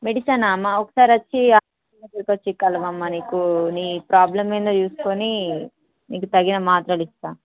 medicine అమ్మ ఒకసారి వచ్చి హాస్పిటల్కి వచ్చి కలవమ్మ నీకు నీ ప్రాబ్లెమ్ ఏందో చూసుకొని నీకు తగిన మాత్రలు ఇస్తాను